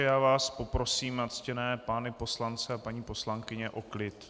Já vás poprosím, ctěné pány poslance a paní poslankyně, o klid.